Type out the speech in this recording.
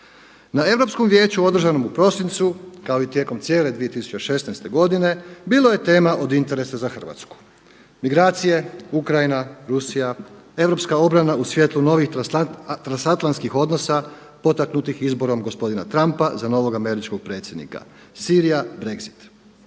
Na Europskom vijeću održanom u prosincu kao i tijekom cijele 2016. godine bilo je tema od interesa za Hrvatsku. Migracije, Ukrajina, Rusija, europska obrana u svjetlu transatlantskih odnosa potaknutih izborom gospodina Trumpa za novog američkog predsjednika, Sirija, Brexit.